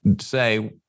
say